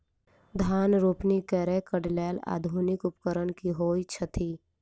धान रोपनी करै कऽ लेल आधुनिक उपकरण की होइ छथि?